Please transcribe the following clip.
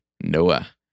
Noah